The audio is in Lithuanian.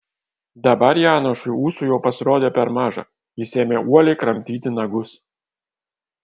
dabar janošui ūsų jau pasirodė per maža jis ėmė uoliai kramtyti nagus